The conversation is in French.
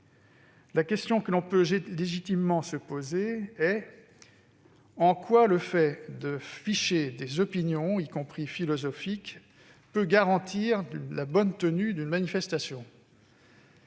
La question que l'on peut légitimement se poser est la suivante : en quoi le fait de ficher des opinions, y compris philosophiques, peut-il garantir la bonne tenue d'une manifestation ?